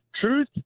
truth